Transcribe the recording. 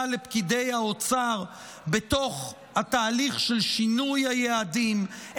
לפקידי האוצר בתוך התהליך של שינוי היעדים,